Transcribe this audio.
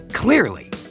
Clearly